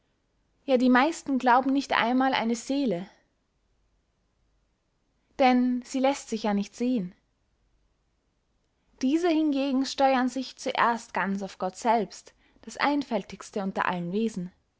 ja die meisten glauben nicht einmal eine seele denn sie läßt sich ja nicht sehen diese hingegen steuern sich zuerst ganz auf gott selbst das einfältigste unter allen wesen